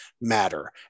matter